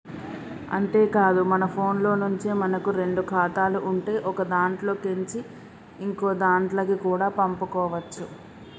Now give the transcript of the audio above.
అంతేకాదు మన ఫోన్లో నుంచే మనకు రెండు ఖాతాలు ఉంటే ఒకదాంట్లో కేంచి ఇంకోదాంట్లకి కూడా పంపుకోవచ్చు